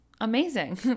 amazing